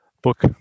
Book